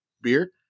Beer